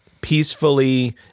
peacefully